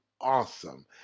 awesome